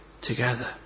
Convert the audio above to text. together